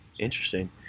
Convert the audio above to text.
Interesting